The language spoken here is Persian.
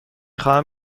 خواهم